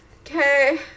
okay